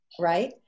right